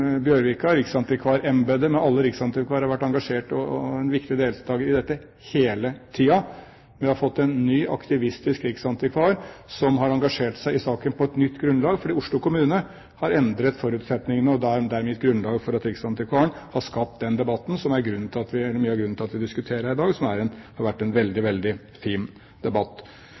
Bjørvika. Riksantikvarembetet, med alle riksantikvarer, har vært engasjert og en viktig deltaker i dette hele tiden. Vi har fått en ny aktivistisk riksantikvar, som har engasjert seg i saken på et nytt grunnlag fordi Oslo kommune har endret forutsetningene og dermed gitt grunnlag for at Riksantikvaren har skapt den debatten som er mye av grunnen til at vi diskuterer dette her i dag. Det har vært en veldig fin debatt.